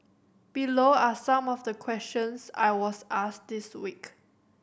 below are some of the questions I was asked this week